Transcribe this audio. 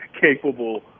capable